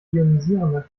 ionisierender